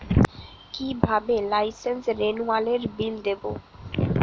কিভাবে লাইসেন্স রেনুয়ালের বিল দেবো?